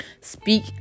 speak